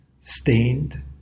stained